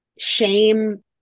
Shame